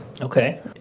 Okay